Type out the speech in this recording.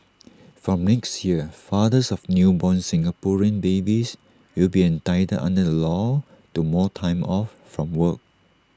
from next year fathers of newborn Singaporean babies will be entitled under the law to more time off from work